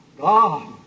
God